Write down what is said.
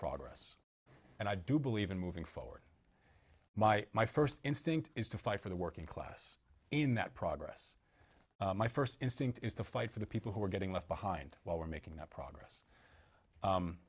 progress and i do believe in moving forward my my first instinct is to fight for the working class in that progress my first instinct is to fight for the people who are getting left behind while we're making that progress